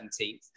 17th